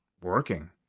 working